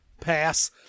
pass